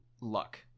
luck